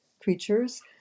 creatures